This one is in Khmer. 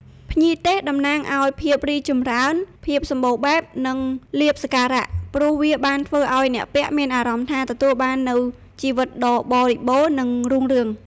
ភ្ញីទេសតំណាងឱ្យ ភាពរីកចម្រើន ភាពសំបូរបែប និងលាភសក្ការៈ ព្រោះវាបានធ្វើឱ្យអ្នកពាក់មានអារម្មណ៍ថាទទួលបាននូវជីវិតដ៏បរិបូរណ៍ និងរុងរឿង។